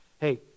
hey